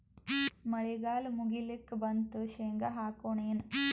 ಮಳಿಗಾಲ ಮುಗಿಲಿಕ್ ಬಂತು, ಶೇಂಗಾ ಹಾಕೋಣ ಏನು?